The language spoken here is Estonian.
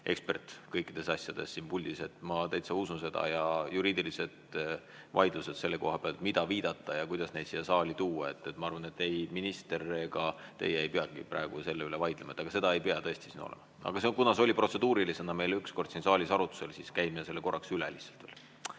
ekspert kõikides asjades. Ma täitsa usun seda. Juriidilised vaidlused selle koha pealt, mida viidata ja kuidas neid siia saali tuua – ma arvan, et ei minister ega teie ei peagi praegu selle üle vaidlema, seda ei pea tõesti siin olema. Aga kuna see oli protseduurilisena meil ükskord siin saalis arutusel, siis käime selle korraks lihtsalt